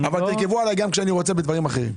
אבל תרכבו עליי גם כשאני רוצה בדברים אחרים.